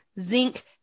zinc